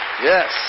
Yes